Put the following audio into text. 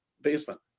basement